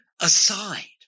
aside